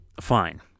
Fine